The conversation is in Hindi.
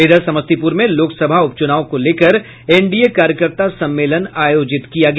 इधर समस्तीपुर में लोकसभा उपचुनाव को लेकर एनडीए कार्यकर्ता सम्मेलन आयोजित किया गया